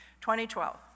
2012